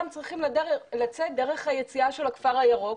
צריכים לצאת דרך היציאה של הכפר הירוק.